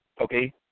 Okay